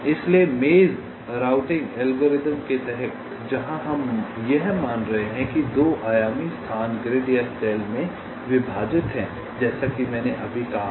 इसलिए maze routing algorithm के तहत जहां हम यह मान रहे हैं कि 2 आयामी स्थान ग्रिड या सेल में विभाजित है जैसा कि मैंने अभी कहा है